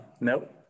Nope